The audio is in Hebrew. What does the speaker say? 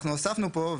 אנחנו הוספנו פה,